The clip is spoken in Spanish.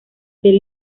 del